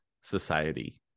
Society